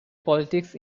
politics